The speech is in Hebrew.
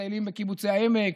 מטיילים בקיבוצי העמק,